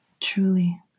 Truly